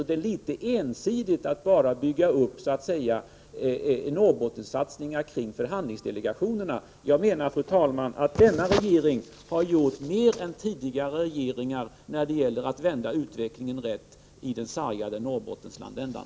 Det är litet ensidigt att bara bygga på förhandlingsdelegationerna när man talar om satsningar i Norrbotten. Jag menar, fru talman, att denna regering har gjort mer än tidigare regeringar när det gäller att vända utvecklingen rätt i den sargade Norrbottenlandsändan.